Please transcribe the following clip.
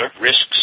risks